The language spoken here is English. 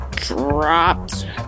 dropped